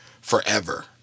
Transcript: forever